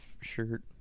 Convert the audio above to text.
shirt